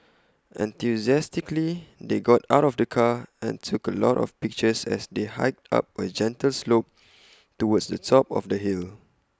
enthusiastically they got out of the car and took A lot of pictures as they hiked up A gentle slope towards the top of the hill